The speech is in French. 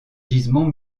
gisements